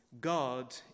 God